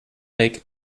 lake